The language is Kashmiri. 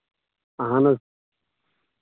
اَہَن حظ